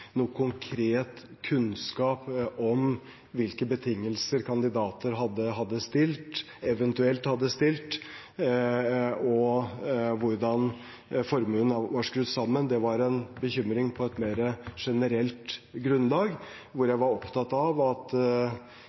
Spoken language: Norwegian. noe konkret kunnskap om hvilke betingelser kandidater hadde stilt, eventuelt hadde stilt, og hvordan formuen var skrudd sammen. Det var en bekymring på et mer generelt grunnlag hvor jeg var opptatt av at